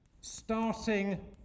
starting